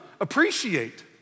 appreciate